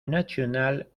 nationale